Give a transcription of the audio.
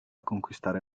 conquistare